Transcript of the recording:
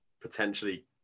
potentially